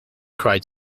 cried